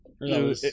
No